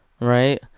Right